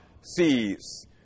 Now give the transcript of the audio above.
seas